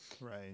Right